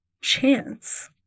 chance